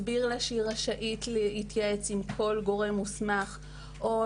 מסביר לה שהיא רשאית להתייעץ עם כל גורם מוסמך או